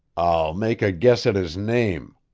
i'll make a guess at his name.